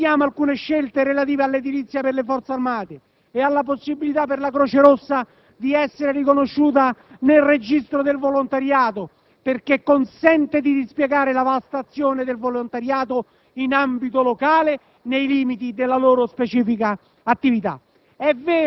Condividiamo alcune scelte relative all'edilizia per le Forze armate e alla possibilità per la Croce Rossa di essere riconosciuta nel registro del volontariato, perché consente di dispiegare la vasta azione del volontariato in ambito locale nei limiti della sua specifica attività.